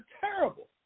terrible